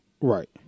Right